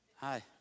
Hi